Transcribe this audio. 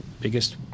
biggest